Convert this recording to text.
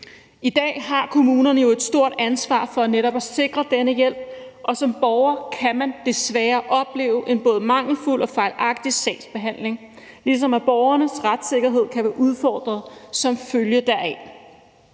I dag har kommunerne jo et stort ansvar for netop at sikre denne hjælp, og som borger kan man desværre opleve en både mangelfuld og fejlagtig sagsbehandling, ligesom borgernes retssikkerhed kan være udfordret som følge deraf.